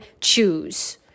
choose